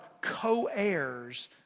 co-heirs